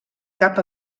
cap